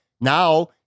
Now